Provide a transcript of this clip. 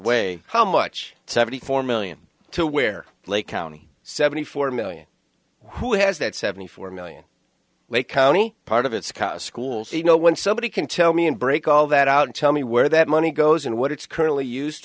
way how much seventy four million to where lake county seventy four million who has that seventy four million lake county part of it's cost schools you know when somebody can tell me and break all that out and tell me where that money goes and what it's currently used